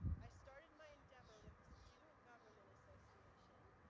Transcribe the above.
i started my endeavour with the student government association,